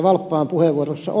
valppaan puheenvuorossa on